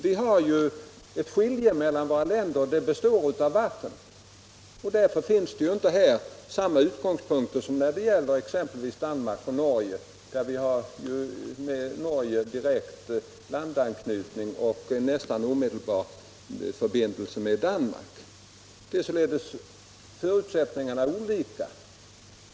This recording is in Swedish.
Det är vatten som skiljer våra länder, och därmed finns det inte här samma utgångspunkter som när det gäller exempelvis Danmark och Norge. Vi har ju direkt landanknytning med Norge och nästan omedelbar förbindelse med Danmark. Förutsättningarna är således olika.